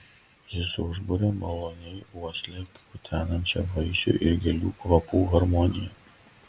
jis užburia maloniai uoslę kutenančią vaisių ir gėlių kvapų harmonija